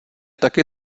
taky